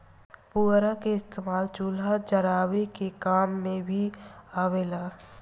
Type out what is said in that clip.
पुअरा के इस्तेमाल चूल्हा जरावे के काम मे भी आवेला